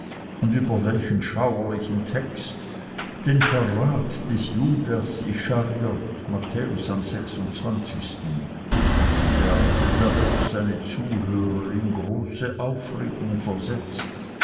und über welchen schauerlichen text den verrat des judas ischariot matthäus am sechsundzwanzigsten er hatte dadurch seine zuhörer in große aufregung versetzt